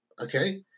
okay